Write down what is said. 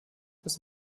bis